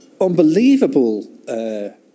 unbelievable